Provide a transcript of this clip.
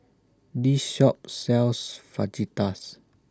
This Shop sells Fajitas